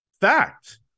fact